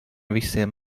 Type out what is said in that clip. visiem